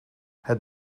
het